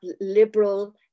liberal